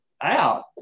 out